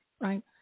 Right